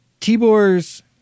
Tibor's